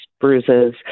bruises